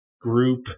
group